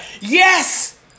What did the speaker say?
Yes